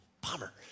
Bummer